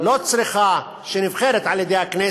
ומוצע בה לקבוע שחוק ארוחה יומית יחול בכל